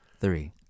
three